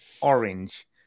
orange